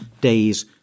days